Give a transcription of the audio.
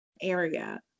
area